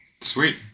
Sweet